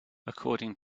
according